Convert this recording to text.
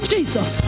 Jesus